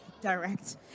direct